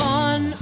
on